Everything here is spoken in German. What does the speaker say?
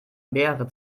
mehrere